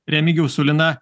remigijau su lina